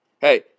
Hey